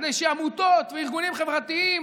כדי שעמותות וארגונים חברתיים